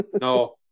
No